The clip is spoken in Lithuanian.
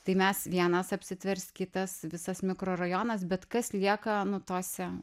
tai mes vienas apsitvers kitas visas mikrorajonas bet kas lieka nu tose